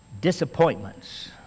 disappointments